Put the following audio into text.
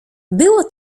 było